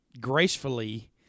gracefully –